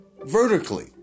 vertically